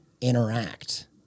interact